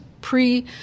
pre